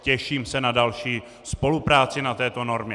Těším se na další spolupráci na této normě.